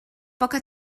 poca